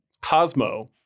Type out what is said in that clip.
Cosmo